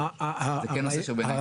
אבל זה כן נושא שבעיניי חשוב.